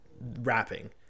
rapping